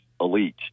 elite